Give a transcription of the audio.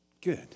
Good